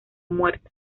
muerta